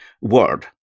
Word